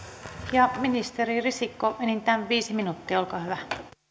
ja ministeri risikko enintään viisi minuuttia olkaa hyvä